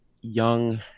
Young